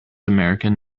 american